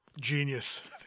genius